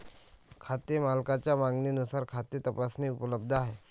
खाते मालकाच्या मागणीनुसार खाते तपासणी उपलब्ध आहे